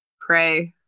pray